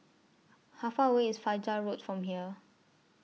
How Far away IS Fajar Road from here